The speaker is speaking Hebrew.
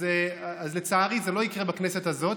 אז לצערי זה לא יקרה בכנסת הזאת,